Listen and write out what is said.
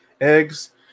Eggs